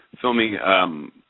filming –